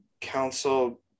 Council